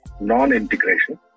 non-integration